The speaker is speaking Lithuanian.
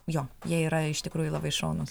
jo jie yra iš tikrųjų labai šaunūs